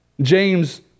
James